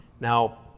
Now